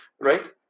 right